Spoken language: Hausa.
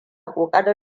ƙoƙarin